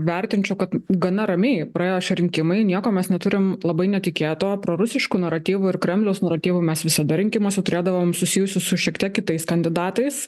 vertinčiau kad gana ramiai praėjo šie rinkimai nieko mes neturim labai netikėto prorusiškų naratyvų ir kremliaus naratyvų mes visada rinkimuose turėdavom susijusių su šiek tiek kitais kandidatais